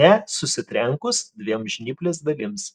ne susitrenkus dviem žnyplės dalims